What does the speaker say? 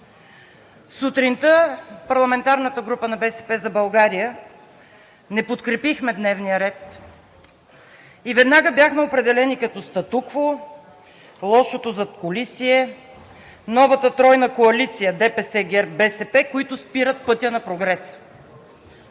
сутринта парламентарната група на „БСП за България“ не подкрепи дневния ред и веднага бяхме определени като статуквото, лошото задкулисие, новата тройна коалиция – ДПС, ГЕРБ, БСП, които спират пътя на прогреса.